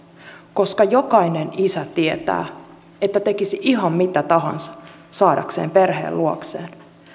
koska jokainen isä tietää että tekisi ihan mitä tahansa saadakseen perheen luokseen